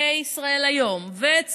ישראל היום, צוללות,